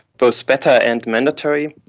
both better and mandatory.